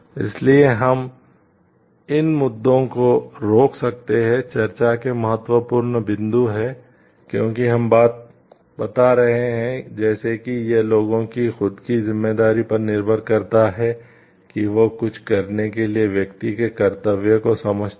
इसलिए हम इन मुद्दों को रोक सकते हैं चर्चा के महत्वपूर्ण बिंदु हैं क्योंकि हम बता रहे हैं जैसे कि यह लोगों की खुदकी जिम्मेदारी पर निर्भर करता है कि वह कुछ करने के लिए व्यक्ति के कर्तव्य को समझते है